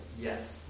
yes